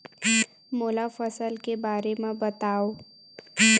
मोला फसल के बारे म बतावव?